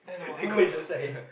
they going to the side eh